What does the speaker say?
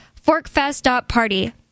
ForkFest.Party